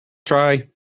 try